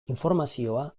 informazioa